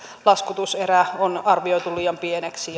laskutus erä on arvioitu liian pieneksi